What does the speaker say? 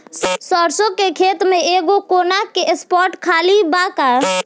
सरसों के खेत में एगो कोना के स्पॉट खाली बा का?